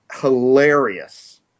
hilarious